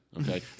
Okay